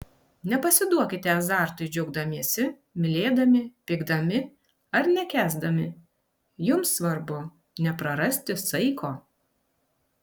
nepasiduokite azartui džiaugdamiesi mylėdami pykdami ar nekęsdami jums svarbu neprarasti saiko